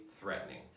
threatening